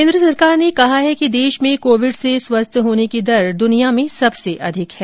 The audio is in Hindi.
केन्द्र सरकार ने कहा है कि देश में कोविड से स्वस्थ होने की दर दुनिया में सबसे अधिक है